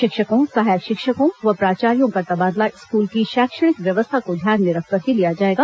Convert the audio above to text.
शिक्षकों सहायक शिक्षकों व प्रचार्यों का तबादला स्कूल की शैक्षणिक व्यवस्था को ध्यान में रखकर ही लिया जायेगा